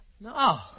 No